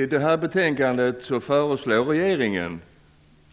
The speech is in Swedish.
I den här propositionen föreslår regeringen, men